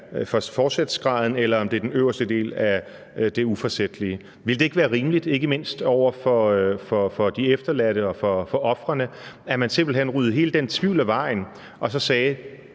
forsætsgraden eller det er den øverste del af det uforsætlige. Ville det ikke være rimeligt, ikke mindst over for de efterladte og ofrene, at man simpelt hen ryddede hele den tvivl af vejen og så sagde: